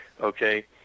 Okay